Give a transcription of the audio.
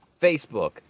Facebook